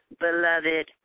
beloved